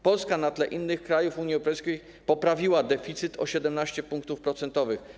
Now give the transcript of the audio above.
Polska na tle innych krajów Unii Europejskiej poprawiła deficyt o 17 punktów procentowych.